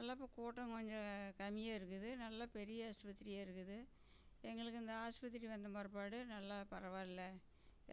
எல்லாம் இப்போ கூட்டம் கொஞ்சம் கம்மியாக இருக்குது நல்ல பெரிய ஆஸ்பத்திரியாக இருக்குது எங்களுக்கு இந்த ஆஸ்பத்திரி வந்த பிறப்பாடு நல்லா பரவாயில்ல